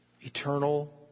eternal